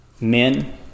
men